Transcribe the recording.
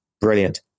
Brilliant